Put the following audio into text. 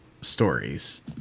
stories